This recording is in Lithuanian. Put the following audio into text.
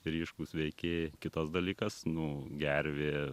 ryškūs veikėjai kitas dalykas nu gervė